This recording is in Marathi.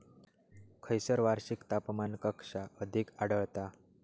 खैयसर वार्षिक तापमान कक्षा अधिक आढळता?